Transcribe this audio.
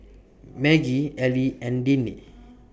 Maggie Eli and Dennie